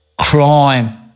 crime